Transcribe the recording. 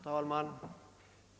Herr talman!